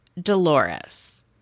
Dolores